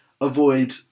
avoid